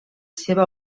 seva